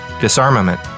disarmament